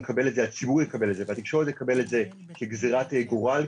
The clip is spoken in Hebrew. הציבור יקבל את זה והתקשורת תקבל את זה כגזירת גורל,